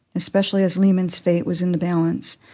especially as lehman's fate was in the balance.